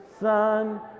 Son